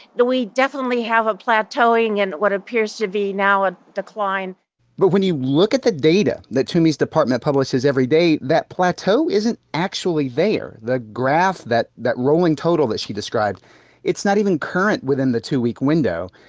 we definitely have a plateauing and what appears to be now a decline but when you look at the data that toomey's department publishes every day, that plateau isn't actually there. the graph that that rolling total that she described it's not even current within the two-week window.